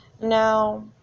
Now